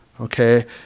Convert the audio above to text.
okay